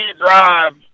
drive